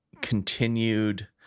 continued